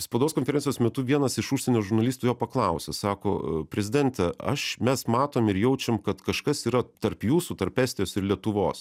spaudos konferencijos metu vienas iš užsienio žurnalistų jo paklausė sako prezidente aš mes matom ir jaučiam kad kažkas yra tarp jūsų tarp estijos ir lietuvos